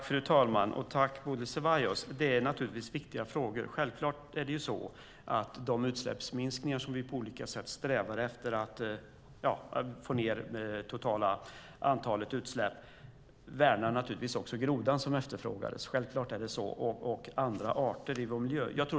Fru talman! Jag tackar Bodil Ceballos för frågorna, som naturligtvis är viktiga. Vi strävar på olika sätt efter att få ned den totala mängden utsläpp, och utsläppsminskningarna värnar självklart också grodan som efterfrågades samt andra arter i vår miljö.